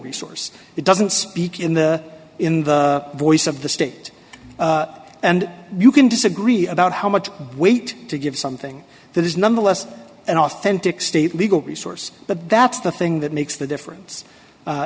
resource it doesn't speak in the in the voice of the state and you can disagree about how much weight to give something that is nonetheless an authentic state legal resource but that's the thing that makes the difference